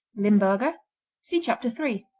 limburger see chapter three.